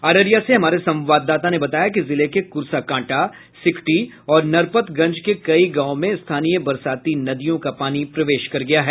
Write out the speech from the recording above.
अररिया से हमारे संवाददाता ने बताया कि जिले के कुर्साकांटा सिकटी और नरपतगंज के कई गांव में स्थानीय बरसाती नदियों का पानी प्रवेश कर गया है